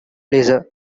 laser